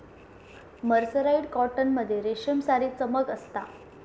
mercerised cotton मध्ये रेशमसारी चमक असता